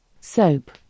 Soap